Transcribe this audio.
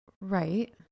Right